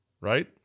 right